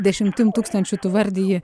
dešimtim tūkstančių tu vardiji